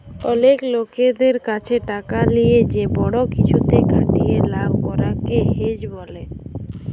অলেক লকদের ক্যাছে টাকা লিয়ে যে বড় কিছুতে খাটিয়ে লাভ করাক কে হেজ ব্যলে